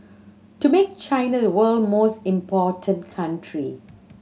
to make China the world most important country